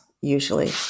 usually